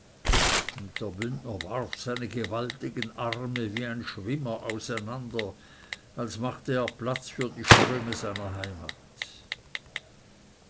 warf seine gewaltigen arme wie ein schwimmer auseinander als machte er platz für die ströme seiner heimat